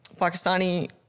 Pakistani